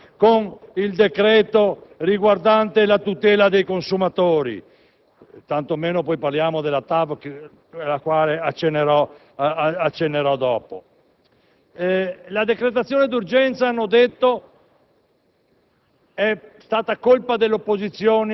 Nulla hanno a che vedere la scuola con il decreto riguardante la tutela dei consumatori, tanto meno con la TAV, cui accennerò dopo. La decretazione d'urgenza, hanno detto,